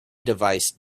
device